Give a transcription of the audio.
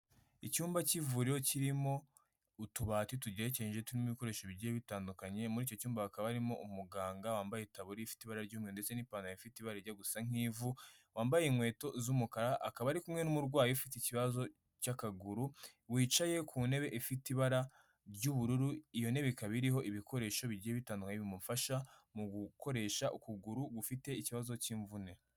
Icyumba cy'ivuriroho kirimo utubati tugekeje turimo ibikoresho bigiye bitandukanye, muri icyo cyumba ha akaba harimo umuganga wambaye itaburi ifite iba ry'inmye ndetse n'ipantaro ifite ibara rye gusa nk'ivu, wambaye inkweto z'umukara akaba ari kumwe n'umurwayi ufite ikibazo cy'akaguru wicaye ku ntebe ifite ibara ry'ubururu iyontebe ikaba iriho ibikoresho bigiye bitanuana bimufasha mu gukoresha ukuguru gufite ikibazo cy'imvune.